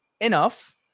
enough